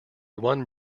won